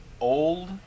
old